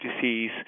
disease